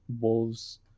Wolves